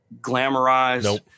glamorized